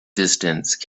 distance